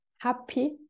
happy